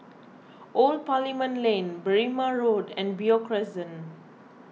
Old Parliament Lane Berrima Road and Beo Crescent